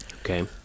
Okay